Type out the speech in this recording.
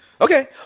Okay